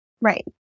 Right